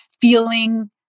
feeling